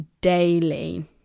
daily